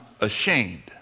ashamed